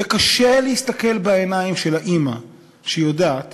יהיה קשה להסתכל בעיניים של האימא שיודעת